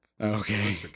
Okay